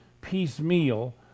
piecemeal